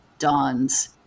Dawns